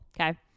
okay